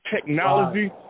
technology